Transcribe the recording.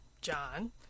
john